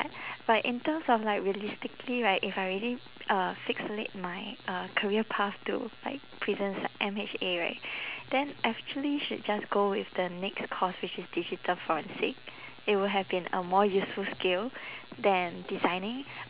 but in terms of like realistically right if I already uh fixate my uh career path to like prisons uh M_H_A right then actually should just go with the next course which is digital forensic it would have been a more useful skill than designing